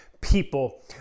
people